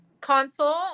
Console